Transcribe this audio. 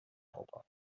helper